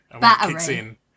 Battery